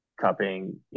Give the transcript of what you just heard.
cupping